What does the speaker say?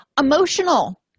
Emotional